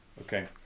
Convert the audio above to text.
Okay